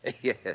Yes